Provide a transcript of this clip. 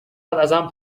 ازم